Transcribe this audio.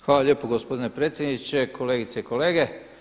Hvala lijepo gospodine predsjedniče, kolegice i kolege.